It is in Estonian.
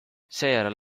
seejärel